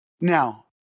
Now